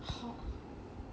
ha